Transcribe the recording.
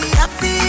happy